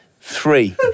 Three